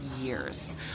years